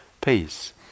peace